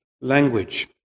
language